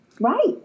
Right